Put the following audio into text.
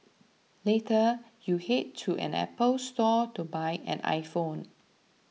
later you head to an Apple Store to buy an iPhone